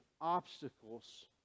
obstacles